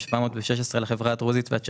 זה תקציב של הרשאה להתחייב בשלב הזה.